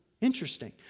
Interesting